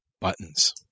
buttons